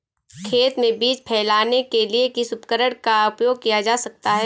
खेत में बीज फैलाने के लिए किस उपकरण का उपयोग किया जा सकता है?